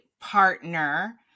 partner